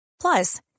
Plus